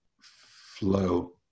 flow